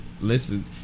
listen